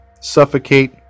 suffocate